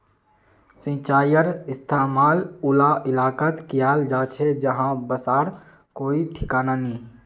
सिंचाईर इस्तेमाल उला इलाकात कियाल जा छे जहां बर्षार कोई ठिकाना नी